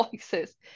voices